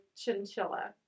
chinchilla